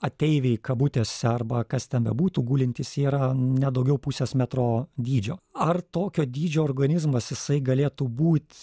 ateiviai kabutėse arba kas ten bebūtų gulintys yra ne daugiau pusės metro dydžio ar tokio dydžio organizmas jisai galėtų būt